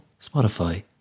Spotify